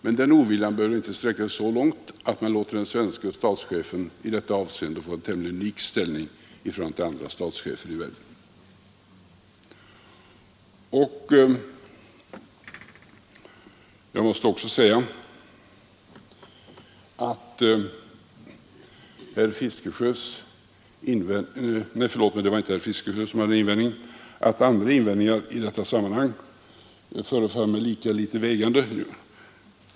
Men den oviljan bör j inte strä a sig så långt att man låter den svenske statschefen i detta avseende få en tämligen unik ställning i förhållande till andra statschefer i världen. Jag måste också säga att andra invändningar i detta sammanhang förefaller mig lika litet vägande.